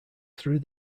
through